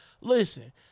Listen